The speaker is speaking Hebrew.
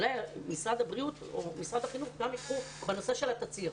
ואולי משרד הבריאות ומשרד החינוך ייקחו את זה וזה בנושא של התצהיר.